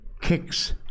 Kicks